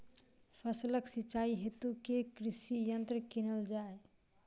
फसलक सिंचाई हेतु केँ कृषि यंत्र कीनल जाए?